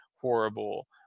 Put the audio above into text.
horrible